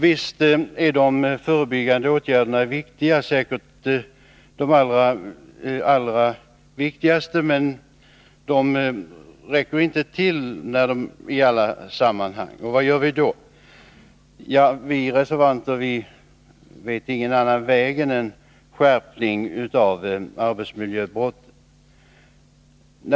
Visst är också de förebyggande åtgärderna oerhört viktiga, men de räcker inte till i alla sammanhang. Vad gör vi då? Vi reservanter finner ingen annan väg än att skärpa straffen mot arbetsmiljöbrott.